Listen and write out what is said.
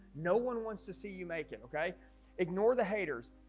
no one wants to see you make it. okay ignore the haters